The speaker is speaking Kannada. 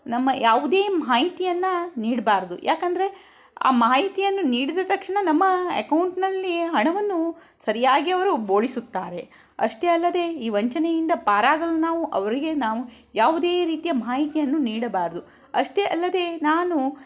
ನಮ್ಮ ಯಾವುದೇ ಮಾಹಿತಿಯನ್ನು ನೀಡ್ಬಾರ್ದು ಯಾಕೆಂದ್ರೆ ಆ ಮಾಹಿತಿಯನ್ನು ನೀಡಿದ ತಕ್ಞಣ ನಮ್ಮ ಎಕೌಂಟ್ನಲ್ಲಿ ಹಣವನ್ನು ಸರಿಯಾಗಿ ಅವರು ಬೋಳಿಸುತ್ತಾರೆ ಅಷ್ಟೇ ಅಲ್ಲದೆ ಈ ವಂಚನೆಯಿಂದ ಪಾರಾಗಲು ನಾವು ಅವರಿಗೆ ನಾವು ಯಾವುದೇ ರೀತಿಯ ಮಾಹಿತಿಯನ್ನು ನೀಡಬಾರದು ಅಷ್ಟೇ ಅಲ್ಲದೆ ನಾನು